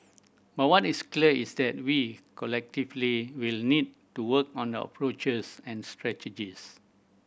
but what is clear is that we collectively will need to work on the approaches and strategies